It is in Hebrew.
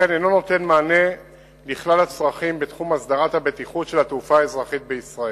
ולכן אינו נותן מענה לכלל הצרכים בתחום הסדרת הבטיחות של התעופה בישראל.